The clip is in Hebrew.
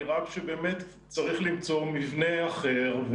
נראה שבאמת צריך למצוא מבנה אחר.